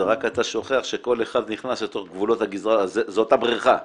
אתה רק שוכח שכל אחד נכנס וגבולות הגזרה זה אותה בריכה.